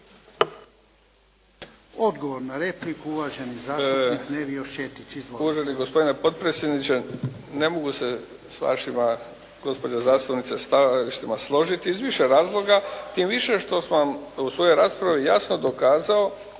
Odgovor na repliku, uvaženi zastupnik Nevio Šetić.